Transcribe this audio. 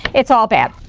it's all bad.